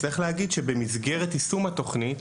צריך להגיד שבמסגרת יישום התוכנית,